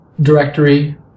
directory